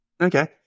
Okay